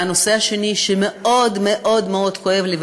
והנושא השני שמאוד מאוד כואב לי,